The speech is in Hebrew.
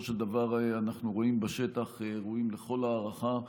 של דבר אנחנו רואים בשטח ראויים לכל הערכה.